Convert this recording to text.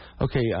Okay